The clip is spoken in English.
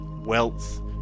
wealth